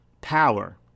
power